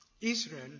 Israel